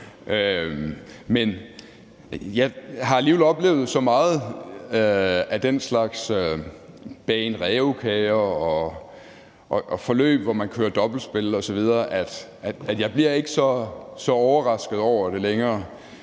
Men jeg har alligevel oplevet så meget af den slags bagen rævekager og forløb, hvor man kører dobbeltspil osv., at jeg ikke bliver så overrasket over det længere.